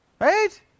Right